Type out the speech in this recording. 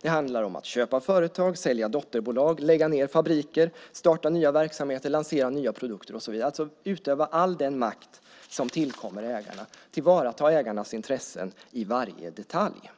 Det handlar om att köpa företag, sälja dotterbolag, lägga ned fabriker, starta nya verksamheter, lansera nya produkter och så vidare, alltså att utöva all den makt som tillkommer ägarna, att tillvarata ägarnas intressen i varje detalj.